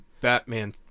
Batman